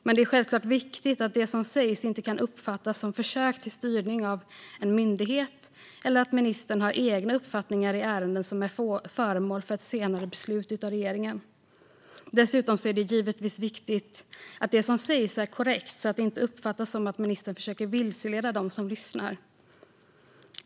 Det är dock självklart viktigt att det som sägs inte kan uppfattas som försök till styrning av en myndighet eller som att ministern har egna uppfattningar i ärenden som är föremål för senare beslut av regeringen. Dessutom är det givetvis viktigt att det som sägs är korrekt, så att det inte uppfattas som att ministern försöker vilseleda dem som lyssnar.